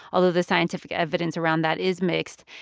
although the scientific evidence around that is mixed.